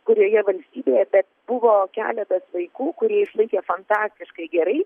kurioje valstybėje bet buvo keletas vaikų kurie išlaikė fantastiškai gerai